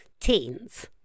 teens